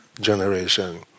generation